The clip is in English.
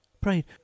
Pray